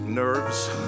nerves